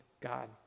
God